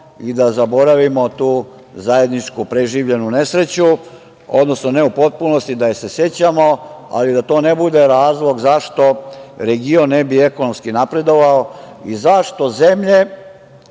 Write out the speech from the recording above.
i da zaboravimo tu zajednički preživljenu nesreću, odnosno ne u potpunosti, da je se sećamo, ali da to ne bude razlog zašto region ne bi ekonomski napredovao i zašto zemlje